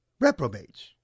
reprobates